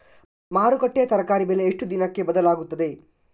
ಮಾರುಕಟ್ಟೆಯ ತರಕಾರಿ ಬೆಲೆ ಎಷ್ಟು ದಿನಕ್ಕೆ ಬದಲಾಗುತ್ತದೆ?